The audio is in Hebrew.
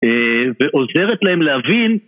ועוזרת להם להבין